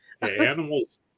animals